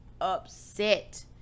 upset